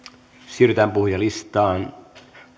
siirrytään puhujalistaan